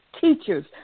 teachers